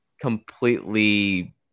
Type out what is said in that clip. completely